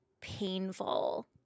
painful